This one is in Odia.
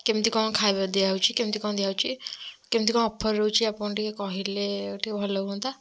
କେମିତି କଣ ଖାଇବା ଦିଆହେଉଛି କେମିତି କଣ ଦିଆହେଉଛି କେମିତି କଣ ଅଫର୍ ରହୁଛି ଆପଣ ଟିକେ କହିଲେ ଟିକେ ଭଲ ହୁଅନ୍ତା